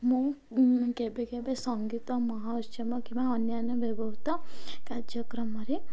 ମୁଁ କେବେ କେବେ ସଙ୍ଗୀତ ମହୋତ୍ସବ କିମ୍ବା ଅନ୍ୟାନ୍ୟ ବ୍ୟବହୃତ କାର୍ଯ୍ୟକ୍ରମରେ